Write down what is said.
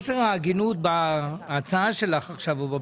מנגנון ההתכנסות הביא לכך שלכאורה הצעת החוק שמוגשת באופן